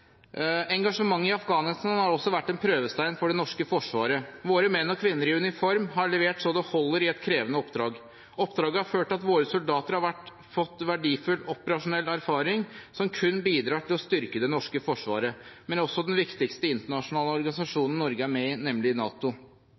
Engasjementet i Afghanistan har også vært en prøvestein for det norske forsvaret. Våre menn og kvinner i uniform har levert så det holder i et krevende oppdrag. Oppdraget har ført til at våre soldater har fått verdifull operasjonell erfaring som kun bidrar til å styrke det norske forsvaret, men også den viktigste internasjonale organisasjonen Norge er med i, nemlig NATO.